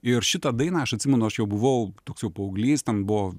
ir šitą dainą aš atsimenu aš jau buvau toks jau paauglys ten buvo